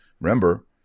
remember